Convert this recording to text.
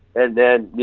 and then,